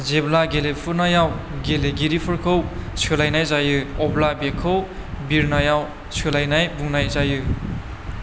जेब्ला गेलेफुनायाव गेलेगिरिफोरखौ सोलायनाय जायो अब्ला बेखौ बिरनायाव सोलायनाय बुंनाय जायो